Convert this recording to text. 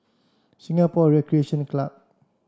Singapore Recreation Club